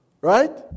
Right